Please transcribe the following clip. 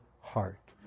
heart